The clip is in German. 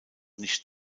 nicht